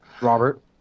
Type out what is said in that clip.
Robert